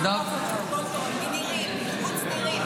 נדב פופלוול מקיבוץ נירים,